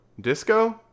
Disco